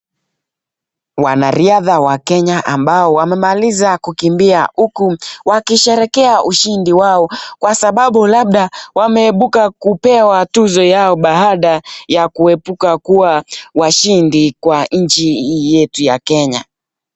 Wanariadha wa Kenya ambao wamemaliza kukimbia huku wakisherehekea ushindi wao kwa sababu labda wameibuka kupewa tuzo yao baada ya kuepuka kuwa washindi kwa nchi yetu ya Kenya.